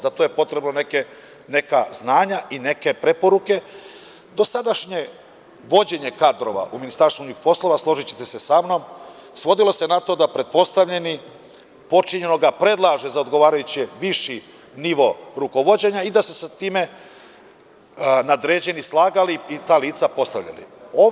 Zato je potrebno neka znanja i neke preporuke, dosadašnje vođenje kadrova u Ministarstvu unutrašnjih poslova, složićete se sa mnom, svodilo se na to da pretpostavljeni počinju da predlažu za odgovarajući viši nivo rukovođenja i da se sa time nadređeni slagali i ta lica postavljali.